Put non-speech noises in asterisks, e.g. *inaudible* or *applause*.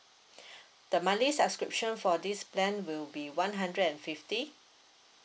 *breath* the monthly subscription for this plan will be one hundred and fifty